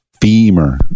Femur